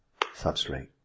substrate